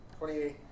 28